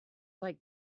like